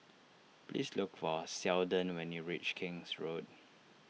please look for Seldon when you reach King's Road